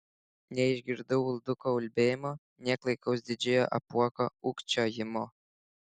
neišgirdau ulduko ulbėjimo nė klaikaus didžiojo apuoko ūkčiojimo